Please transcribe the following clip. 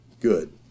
Good